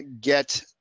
get